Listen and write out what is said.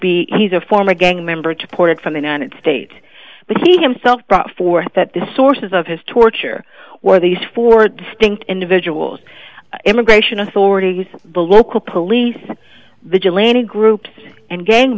be he's a former gang member to ported from the united state but he himself brought forth that the sources of his torture were these four distinct individuals immigration authorities the local police vigilante groups and gang